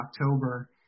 October